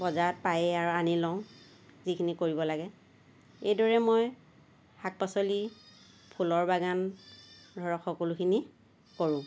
বজাৰত পাইয়েই আও আনি লওঁ যিখিনি কৰিব লাগে এইদৰে মই শাক পাচলি ফুলৰ বাগান ধৰক সকলোখিনি কৰোঁ